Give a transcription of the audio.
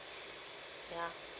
ya